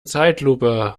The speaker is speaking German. zeitlupe